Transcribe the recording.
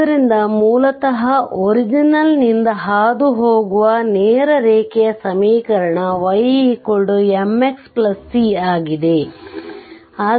ಆದ್ದರಿಂದ ಮೂಲತಃ ಒರಿಜಿನ್ ನಿಂದ ಹಾದುಹೋಗುವ ನೇರ ರೇಖೆಯ ಸಮೀಕರಣ y mx c ಆಗಿದೆ